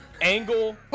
Angle